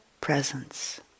presence